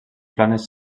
planes